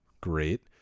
great